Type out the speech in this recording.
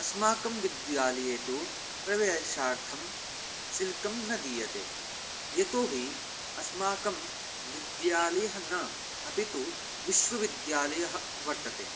अस्माकं विद्यालये तु प्रवेशार्थं शुल्कं न दीयते यतो हि अस्माकं विद्यालयः न अपि तु विश्वविद्यालयः वर्तते